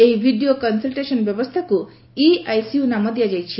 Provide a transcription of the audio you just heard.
ଏହି video consultation ବ୍ୟବସ୍ଥାକୁ e ICU ନାମ ଦିଆଯାଇଛି